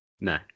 No